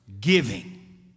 giving